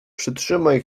przytrzymaj